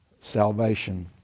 salvation